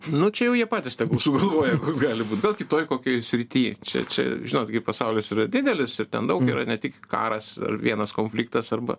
nu čia jau jie patys tegul sugalvoja gali būt gal kitoj kokioj srity čia čia žinot kaip pasaulis yra didelis ir ten daug yra ne tik karas vienas konfliktas arba